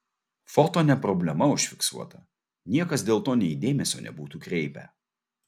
foto ne problema užfiksuota niekas dėl to nei dėmesio nebūtų kreipę